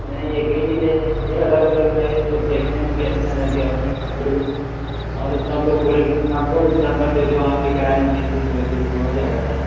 नहीं एक ही डिजैन नहीं चाहिए अलग अलग रहें जो है देखने में भी अच्छा लगें और सब बोलें और सब लोग बोले कि तुम हमको भी नंबर दे दो हम भी कराएँगे उन्हीं से तो ऐसे ऐसे हो जाएगा ना